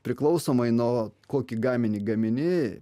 priklausomai nuo kokį gaminį gamini